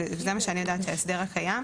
וזה מה שאני יודעת ההסדר הקיים.